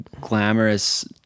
glamorous